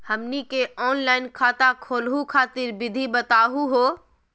हमनी के ऑनलाइन खाता खोलहु खातिर विधि बताहु हो?